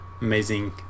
amazing